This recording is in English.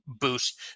boost